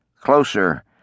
closer